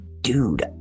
Dude